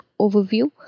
Overview